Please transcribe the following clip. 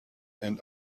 and